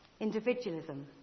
individualism